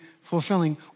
fulfilling